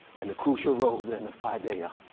and the crucial role then of paideia,